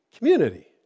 community